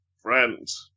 friends